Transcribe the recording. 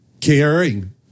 Caring